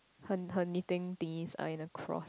her her knitting things are in a cross